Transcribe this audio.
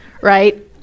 right